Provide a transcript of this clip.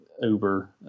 Uber